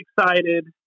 excited